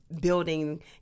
building